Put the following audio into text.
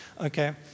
Okay